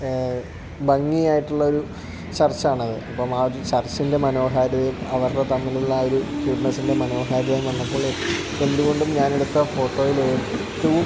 ഭംഗിയായിട്ടുള്ള ഒരു ചർച്ച് ആണത് അപ്പം ആ ഒരു ചർച്ചിന്റെ മനോഹാരിതയും അവരുടെ തമ്മിലുള്ള ഒരു ക്യൂട്ട്നെസിന്റെ മനോഹാരിതയും വന്നപ്പോൾ എന്തുകൊണ്ടും ഞാനെടുത്ത ഫോട്ടോയിലേറ്റവും